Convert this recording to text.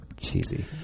Cheesy